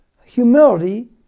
humility